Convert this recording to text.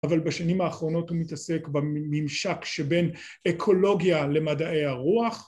אבל בשנים האחרונות הוא מתעסק בממשק שבין אקולוגיה למדעי הרוח